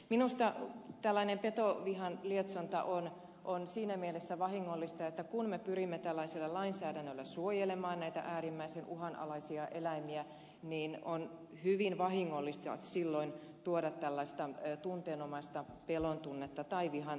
minusta tällainen petovihan lietsonta on siinä mielessä vahingollista että kun me pyrimme tällaisella lainsäädännöllä suojelemaan näitä äärimmäisen uhanalaisia eläimiä niin on hyvin vahingollista silloin tuoda tällaista tunteenomaista pelon tunnetta tai vihan tunnetta